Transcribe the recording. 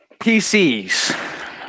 PCs